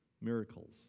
Miracles